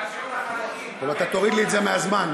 שיעור החרדים, אתה תוריד לי את זה מהזמן.